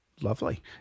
Lovely